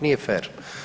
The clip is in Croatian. Nije fer.